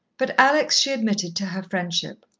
but alex she admitted to her friendship.